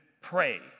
pray